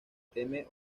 teme